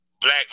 black